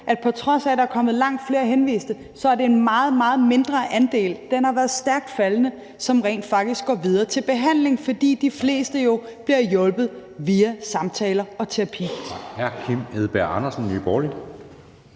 at på trods af at der er kommet langt flere henviste, er det en meget, meget mindre andel – den har været stærkt faldende – som rent faktisk går videre til behandling, fordi de fleste jo bliver hjulpet via samtaler og terapi.